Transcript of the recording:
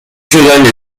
شدن